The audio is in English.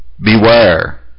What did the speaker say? beware